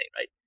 right